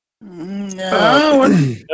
No